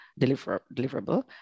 Deliverable